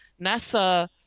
NASA